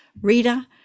reader